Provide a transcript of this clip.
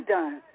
done